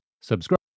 Subscribe